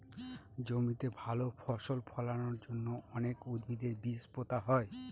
জমিতে ভালো ফসল ফলানোর জন্য অনেক উদ্ভিদের বীজ পোতা হয়